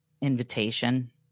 invitation